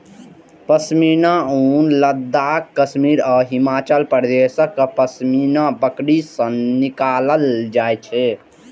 पश्मीना ऊन लद्दाख, कश्मीर आ हिमाचल प्रदेशक पश्मीना बकरी सं निकालल जाइ छै